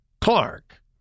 Clark